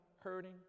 hurting